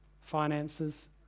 finances